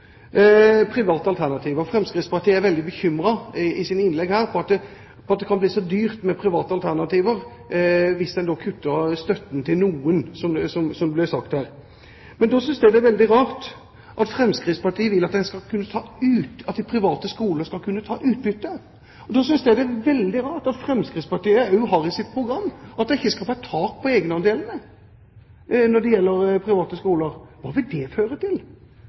private alternativer: Fremskrittspartiet er veldig bekymret i sine innlegg over at det kan bli dyrt med private alternativer hvis en kutter støtten til noen, som det ble sagt her. Men da synes jeg det er veldig rart at Fremskrittspartiet vil at de private skolene skal kunne ta utbytte. Da synes jeg det er veldig rart at Fremskrittspartiet også har i sitt program at det ikke skal være tak på egenandelene når det gjelder private skoler. Hva vil det føre til?